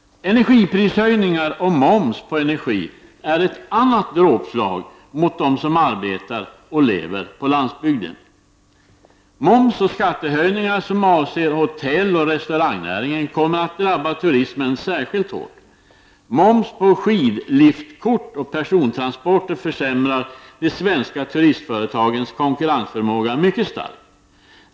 Energiprishöjningar och moms på energi är ett annat dråpslag mot dem som arbetar och lever på landsbygden. Momsoch skattehöjningar som avser hotelloch restaurangnäringen kommer att drabba turismen särskilt hårt. Moms på skidliftkort och persontransporter försämrar de svenska turistföretagens konkurrensförmåga mycket starkt.